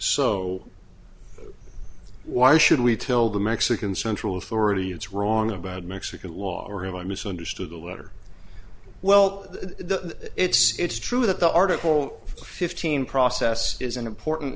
so why should we tell the mexican central authority it's wrong about mexican law or have i misunderstood the letter well the it's true that the article fifteen process is an important